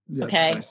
okay